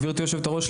גברתי היושבת-ראש,